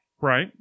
right